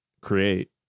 create